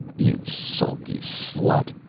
you sulky slut!